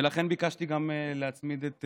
ולכן ביקשתי להצמיד את